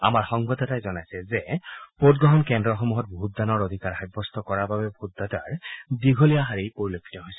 আমাৰ সংবাদদাতাই জনাইছে যে ভোটগ্ৰহণ কেন্দ্ৰসমূহত ভোটদানৰ অধিকাৰ সাব্যস্ত কৰাৰ বাবে ভোটদাতাৰ দীঘলীয়া শাৰী পৰিলক্ষিত হৈছে